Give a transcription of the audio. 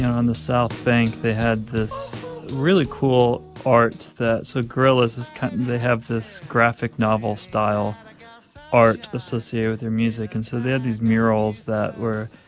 on the south bank, they had this really cool art that so gorillaz is kind and they have this graphic novel-style art associated with their music. and so they had these murals that were